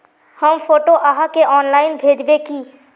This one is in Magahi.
हम फोटो आहाँ के ऑनलाइन भेजबे की?